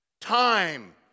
Time